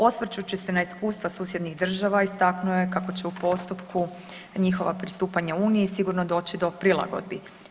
Osvrćući se na iskustva susjednih država istaknuo je kako će u postupku njihova pristupanja uniji sigurno doći do prilagodbi.